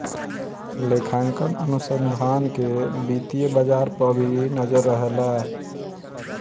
लेखांकन अनुसंधान कअ वित्तीय बाजार पअ भी नजर रहेला